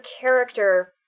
character